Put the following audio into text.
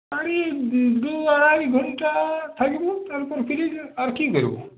আরে দু আড়াই ঘণ্টা থাকবো তারপর ফিরে যাবো আর কি করবো